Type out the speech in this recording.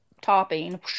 topping